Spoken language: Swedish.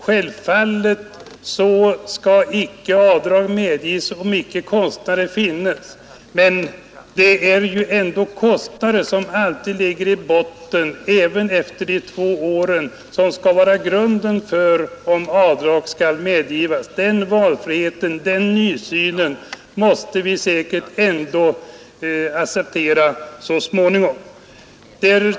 Självfallet skall avdrag inte medges, om det inte föreligger några fördyrade kostnader. Även efter dessa två år som skall vara grunden för om avdrag skall medges eller inte måste det alltid ligga kostnader i botten. Denna valfrihet, eller denna nya syn måste vi säkerligen så småningom acceptera.